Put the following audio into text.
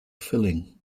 filling